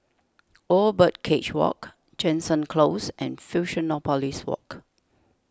Old Birdcage Walk Jansen Close and Fusionopolis Walk